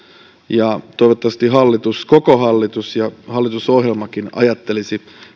toivottavasti hallitus koko hallitus ja hallitusohjelmakin ajattelisi